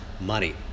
money